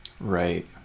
right